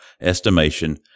estimation